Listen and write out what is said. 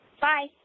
Bye